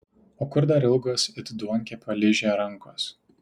o kur dar ilgos it duonkepio ližė rankos